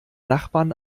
nachbarn